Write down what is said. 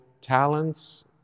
talents